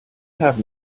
have